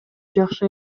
жакшы